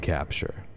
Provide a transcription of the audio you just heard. Capture